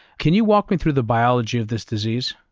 can you walk me through the biology of this disease?